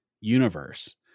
universe